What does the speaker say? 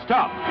Stop